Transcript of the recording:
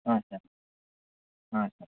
ಹಾಂ ಸರ್ ಹಾಂ ಸರ್